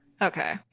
Okay